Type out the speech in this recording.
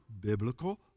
biblical